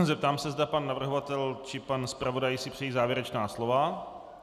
Zeptám se, zda pan navrhovatel či pan zpravodaj si přejí závěrečná slova.